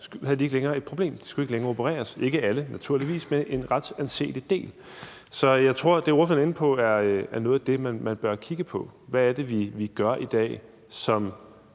havde de ikke længere et problem, og de skulle ikke længere opereres. Det gjaldt naturligvis ikke alle, men en ret anseelig del. Så jeg tror, at det, ordføreren er inde på, er noget af det, man bør kigge på, altså hvad det er, vi gør i dag, som